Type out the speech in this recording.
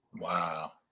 Wow